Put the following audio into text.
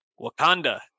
wakanda